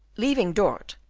leaving dort,